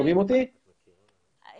על